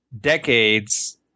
decades